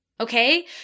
Okay